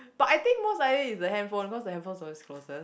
but I think most likely is the handphone cause the handphone is always closest